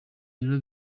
rero